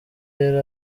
yari